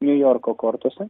niujorko kortuose